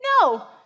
No